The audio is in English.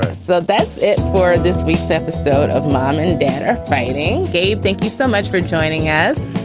so that's it for this week's episode of mom and dad are fighting. gabe, thank you so much for joining us.